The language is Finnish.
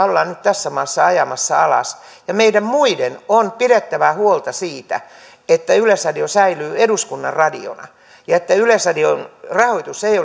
ollaan nyt tässä maassa ajamassa alas ja meidän muiden on pidettävä huolta siitä että yleisradio säilyy eduskunnan radiona ja että yleisradion rahoitus ei